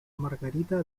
margarita